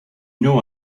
know